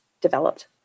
developed